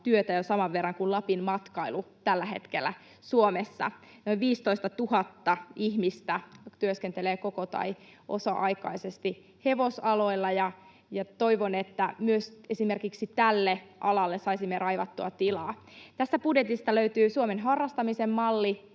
työtä jo saman verran kuin Lapin-matkailu tällä hetkellä. Suomessa noin 15 000 ihmistä työskentelee koko- tai osa-aikaisesti hevosaloilla, ja toivon, että myös esimerkiksi tälle alalle saisimme raivattua tilaa. Tästä budjetista löytyy Suomen harrastamisen malli,